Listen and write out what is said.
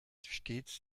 stets